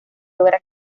logra